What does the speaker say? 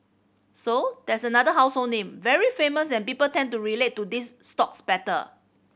so that's another household name very famous and people tend to relate to these stocks better